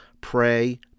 pray